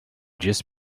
just